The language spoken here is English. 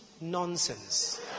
nonsense